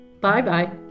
Bye-bye